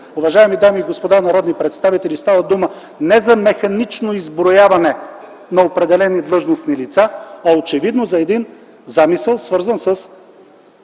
уважаеми дами и господа народни представители, става дума не за механично изброяване на определени длъжностни лица, а очевидно за един замисъл, свързан с